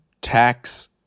tax